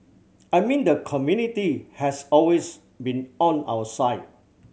I mean the community has always been on our side